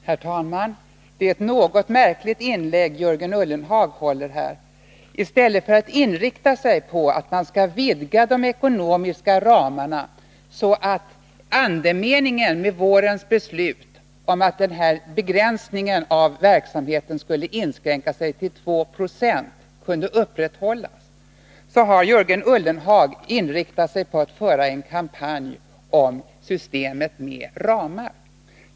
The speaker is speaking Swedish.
Herr talman! Det är ett något märkligt inlägg Jörgen Ullenhag gör. I stället för att inrikta sig på att söka vidga de ekonomiska ramarna, så att andemeningen i vårens beslut om att begränsningen av verksamheten skulle inskränka sig till 2 26 kan upprätthållas, har Jörgen Ullenhag ägnat sig åt att föra en kampanj om systemet med ramar.